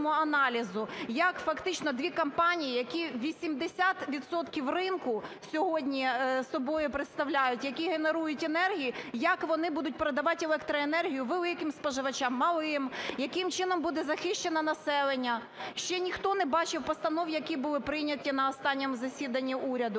як фактично дві компанії, які 80 відсотків ринку сьогодні собою представляють, які генерують енергію, як вони будуть продавати електроенергію великим споживачам, малим, яким чином буде захищено населення. Ще ніхто не бачив постанов, які були прийняті на останньому засіданні уряду.